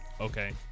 Okay